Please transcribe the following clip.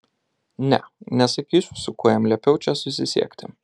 ne nesakysiu su kuo jam liepiau čia susisiekti